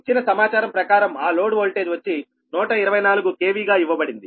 ఇచ్చిన సమాచారం ప్రకారం ఆ లోడ్ వోల్టేజ్ వచ్చి 124 KV గా ఇవ్వబడింది